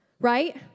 right